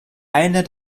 einer